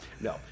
No